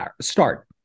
start